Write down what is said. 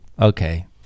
Okay